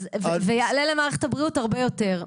וזה יעלה למערכת הבריאות הרבה יותר.